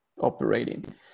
operating